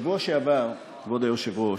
בשבוע שעבר, כבוד היושב-ראש,